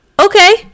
Okay